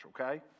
okay